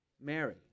Mary